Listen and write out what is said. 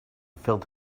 filled